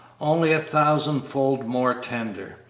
only a thousand-fold more tender.